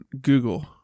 Google